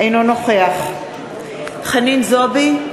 אינו נוכח חנין זועבי,